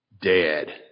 dead